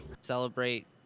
celebrate